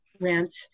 rent